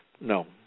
No